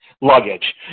luggage